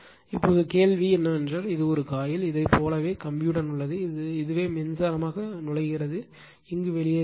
இப்போது கேள்வி இது ஒரு காயில் இதைப் போல கம்பியுடன் உள்ளது இதுவே மின்சாரமாக நுழைகிறது இறுதியாக வெளியேறுகிறது